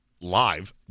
live